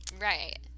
right